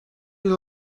rule